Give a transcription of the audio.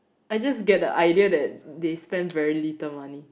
I just get the idea that they spend very little money